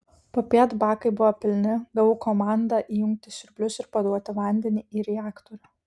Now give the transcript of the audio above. popiet bakai buvo pilni gavau komandą įjungti siurblius ir paduoti vandenį į reaktorių